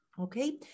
Okay